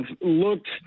looked